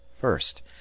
First